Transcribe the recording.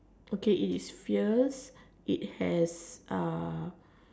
okay it is fierce it has